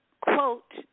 quote